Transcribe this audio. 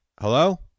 Hello